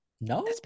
No